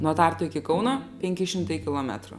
nuo tartu iki kauno penki šimtai kilometrų